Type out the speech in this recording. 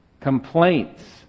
Complaints